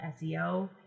SEO